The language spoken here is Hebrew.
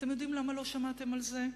אתם יודעים למה לא שמעתם על זה?